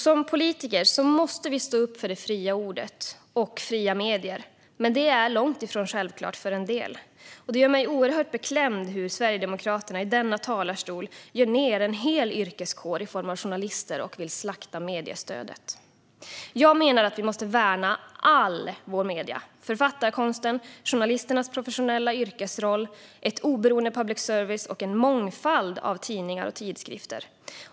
Som politiker måste vi stå upp för det fria ordet och fria medier, men det är långt ifrån självklart för en del. Det gör mig oerhört beklämd hur Sverigedemokraterna i denna talarstol gör ned en hel yrkeskår i form av journalister och vill slakta mediestödet. Jag menar att vi måste värna alla våra medier, författarkonsten, journalisternas professionella yrkesroll, ett oberoende public service och en mångfald av tidningar och tidskrifter.